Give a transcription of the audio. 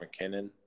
McKinnon